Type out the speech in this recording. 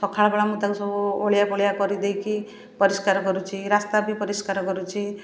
ସକାଳ ବେଳା ମୁଁ ତାକୁ ସବୁ ଓଳିଆ ପୋଳିଆ କରିଦେଇକି ପରିଷ୍କାର କରୁଛି ରାସ୍ତା ବି ପରିଷ୍କାର କରୁଛି